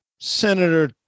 Senator